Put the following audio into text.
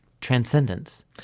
transcendence